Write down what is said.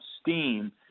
steam